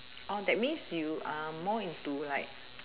or that means you are more into like